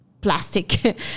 plastic